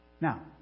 Now